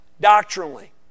doctrinally